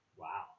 Wow